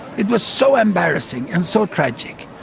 it was so embarrassing and so tragic.